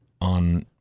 on